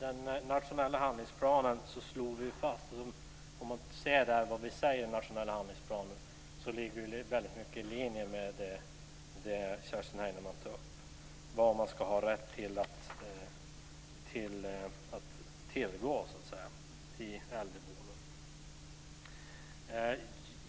Fru talman! Det som vi slog fast i den nationella handlingsplanen ligger väldigt mycket i linje med det som Kerstin Heinemann tar upp om vad man ska ha rätt att tillgå i äldreboenden.